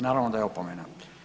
Naravno da je opomena.